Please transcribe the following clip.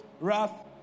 wrath